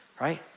right